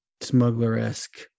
smuggler-esque